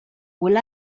will